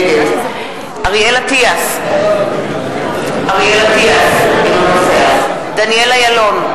נגד אריאל אטיאס, אינו נוכח דניאל אילון,